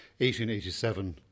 1887